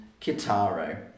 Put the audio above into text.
Kitaro